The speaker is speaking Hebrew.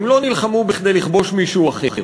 הם לא נלחמו כדי לכבוש מישהו אחר.